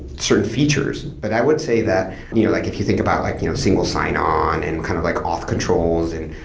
certain features, but i would say that you know like if you think about like you know single sign-on and kind of like off controls and